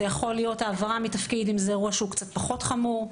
זה יכול להיות העברה מתפקיד אם זה אירוע קצת פחות חמור,